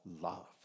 love